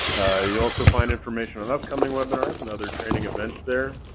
you'll also find information on upcoming webinars and other training events there.